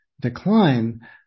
decline